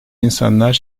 insanlar